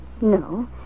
No